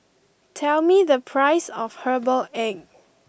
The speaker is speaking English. tell me the price of Herbal Egg